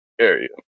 area